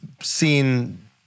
seen